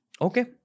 Okay